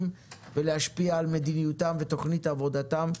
ולהשפיע על מדיניותם ותכנית עבודתם.